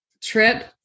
trip